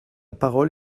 parole